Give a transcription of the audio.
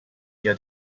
year